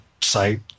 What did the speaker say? site